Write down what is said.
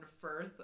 Firth